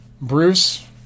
Bruce